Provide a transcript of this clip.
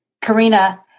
Karina